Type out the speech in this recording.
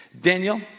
Daniel